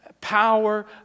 power